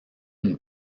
une